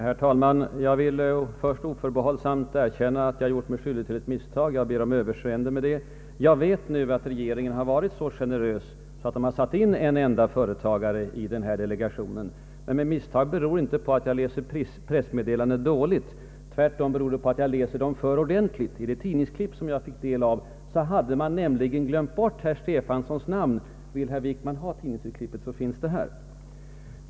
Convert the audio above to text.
Herr talman! Jag vill oförbehållsamt erkänna att jag gjort mig skyldig till ett misstag. Jag ber om överseende därmed. Jag vet nu att regeringen varit så generös att den satt in en enda företagare i denna delegation. Men mitt misstag berodde inte på att jag läser pressmeddelanden dåligt. Tvärtom berodde det på att jag läser dem för ordentligt. I det tidningsklipp som jag fick del av hade man nämligen glömt bort herr Stefansons namn. Vill herr Wickman ha tidningsurklippet, så finns det här.